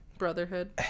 brotherhood